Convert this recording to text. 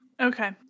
Okay